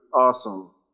awesome